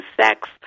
sex